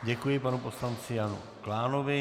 Děkuji panu poslanci Janu Klánovi.